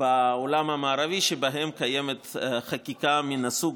כמעט בעולם המערבי שבהן קיימת חקיקה מן הסוג